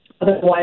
Otherwise